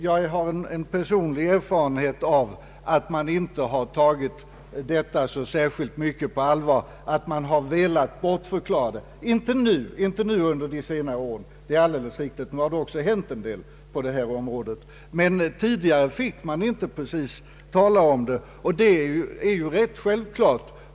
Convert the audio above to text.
Jag har en personlig erfarenhet av att man inte tagit lärarnas synpunkter särskilt mycket på allvar utan att man velat bortförklara dem. Det är riktigt att så inte varit fallet under senare år, och nu har det också hänt en del på detta område, men tidigare fick man inte tala om det. Men det kanske inte var så konstigt.